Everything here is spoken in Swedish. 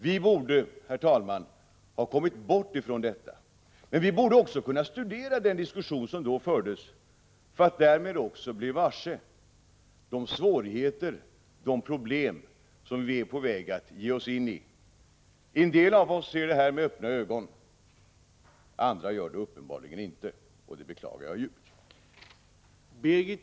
Vi borde, herr talman, ha kommit bort från detta, men vi borde kunna studera den diskussion som då fördes för att därmed också bli varse de svårigheter och problem som vi är på väg att ge oss in i. En del av oss ser dessa problem med öppna ögon. Andra gör det uppenbarligen inte, och det beklagar jag djupt.